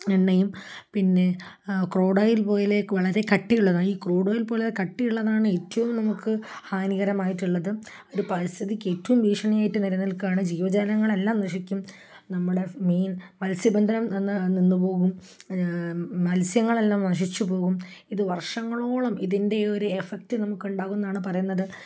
എണ്ണയും പിന്നെ crude oil പോലെ വളരെ കട്ടിയുള്ളത് ഈ ക്രൂഡ് ഓയിൽ പോലെ കട്ടിയുള്ളതാണ് ഏറ്റവും നമുക്ക് ഹാനികരമായിട്ടുള്ളത് അത് പരിസ്ഥിതിക്ക് ഏറ്റവും ഭീഷണിയായിട്ട് നിലനിൽക്കുകയാണ് ജീവജാലങ്ങളെല്ലാം നശിക്കും നമ്മുടെ മെയിൻ മത്സ്യബന്ധനം നിന്നുപോകും മത്സ്യങ്ങളെല്ലാം നശിച്ചുപോകും ഇത് വർഷങ്ങളോളം ഇതിൻ്റെ ഒരു എഫക്റ്റ് നമുക്കുണ്ടാകുമെന്നാണ് പറയുന്നത്